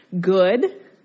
good